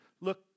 look